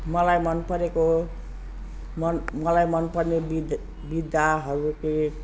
मलाई मन परेको मन मलाई मन पर्ने विध विधाहरू